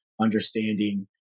understanding